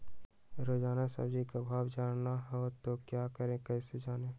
रोजाना सब्जी का भाव जानना हो तो क्या करें कैसे जाने?